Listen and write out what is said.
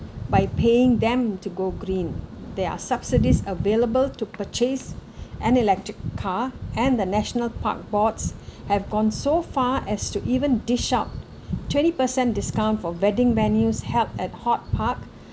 by paying them to go green there are subsidies available to purchase an electric car and the national park boards have gone so far as to even dish up twenty percent discount for wedding venues held at hortpark